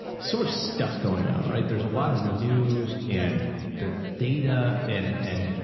so much stuff going on, right? there's a lot of news and the data and, and,